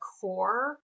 core